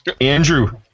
Andrew